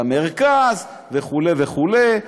היה מרכז וכו' וכו',